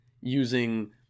using